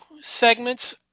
segments